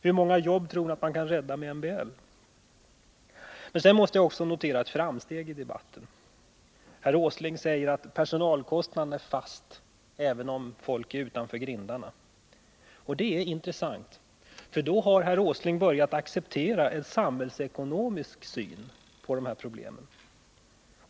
Hur många jobb tror ni att man kan rädda med MBL? Sedan måste jag också notera ett framsteg i debatten. Herr Åsling säger att personalkostnaden är fast, även om folk är utanför grindarna. Och det är intressant, för då har herr Åsling börjat acceptera en samhällsekonomisk syn på dessa problem.